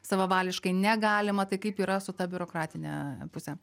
savavališkai negalima tai kaip yra su ta biurokratine puse